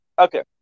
Okay